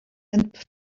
and